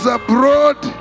abroad